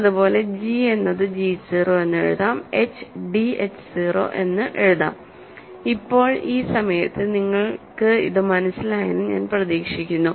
അതുപോലെ g എന്നത് g 0 എന്ന് എഴുതാം h dh 0 എന്ന് എഴുതാം ഇപ്പോൾ ഈ സമയത്ത് നിങ്ങൾക്ക് ഇത് മനസിലായെന്ന് ഞാൻ പ്രതീക്ഷിക്കുന്നു